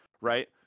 right